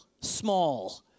small